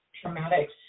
traumatic